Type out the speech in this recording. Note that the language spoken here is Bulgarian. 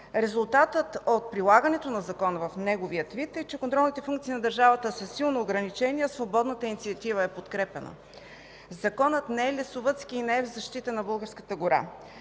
Резултатът от прилагането на Закона в неговия вид е, че контролните функции на държавата са силно ограничени, а свободната инициатива е подкрепяна. Законът не е лесовъдски и не е в защита на българската гора.